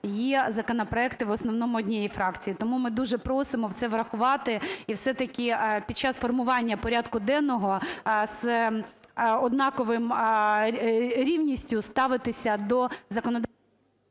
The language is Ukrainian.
є законопроекти в основному однієї фракції. Тому ми дуже просимо це врахувати і, все-таки, під час формування порядку денного з однаковою рівністю ставитися до… ГОЛОВУЮЧИЙ.